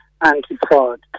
anti-fraud